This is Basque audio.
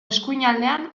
eskuinaldean